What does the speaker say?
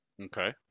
Okay